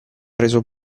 reso